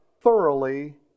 thoroughly